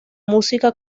música